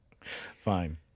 fine